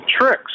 tricks